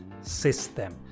system